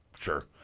Sure